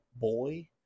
boy